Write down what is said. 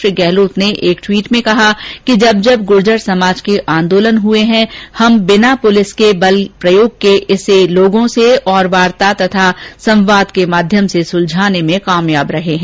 श्री गहलोत र्न एक ट्वीट में कहा कि जब जब गुर्जर समाज के आंदोलन हुए हैं हम बिना पुलिस के बल प्रयोग के इसे लोगों से वार्ता और संवाद के माध्यम से सुलझाने में कामयाब रहे हैं